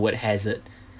word hazard